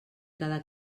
cada